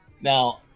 Now